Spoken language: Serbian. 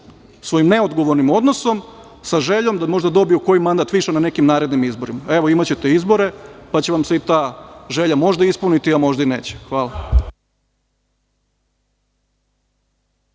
svojim ne odgovornim odnosom a sa željom da možda dobiju koji mandat više na nekim narednim izborima. Evo, imaćete izbore, pa će vam se i ta želja možda ispuniti, a možda i neće. Hvala.